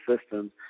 systems